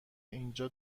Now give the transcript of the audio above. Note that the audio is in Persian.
اینجا